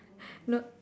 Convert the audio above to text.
no